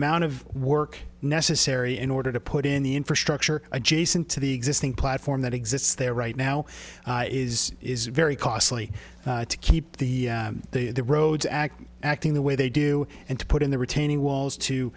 amount of work necessary in order to put in the infrastructure adjacent to the existing platform that exists there right now is very costly to keep the roads act acting the way they do and to put in the retaining walls to